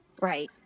Right